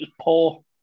poor